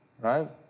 right